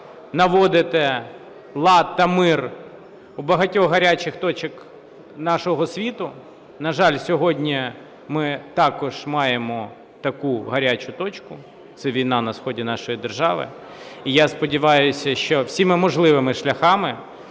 наводити лад та мир в багатьох гарячих точках нашого світу. На жаль, сьогодні ми також маємо таку гарячу точку - це війна на сході нашої держави. І я сподіваюся, що всіма можливими шляхами